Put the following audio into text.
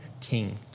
king